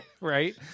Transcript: Right